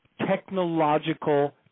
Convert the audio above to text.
technological